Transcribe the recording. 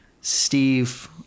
Steve